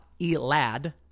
Elad